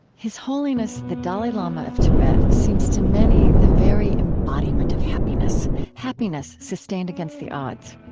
his holiness the dalai lama of tibet seems to many the very embodiment of happiness happiness sustained against the odds.